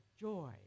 joy